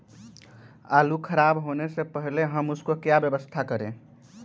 आलू खराब होने से पहले हम उसको क्या व्यवस्था करें?